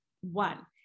One